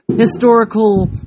historical